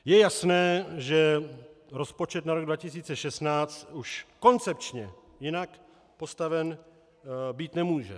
Je jasné, že rozpočet na rok 2016 už koncepčně jinak postaven být nemůže.